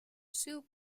soup